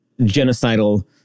genocidal